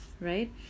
right